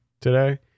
today